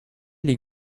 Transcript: les